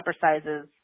sizes